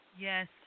Yes